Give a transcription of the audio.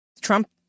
Trump